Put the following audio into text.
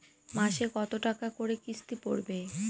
মাসে কত টাকা করে কিস্তি পড়বে?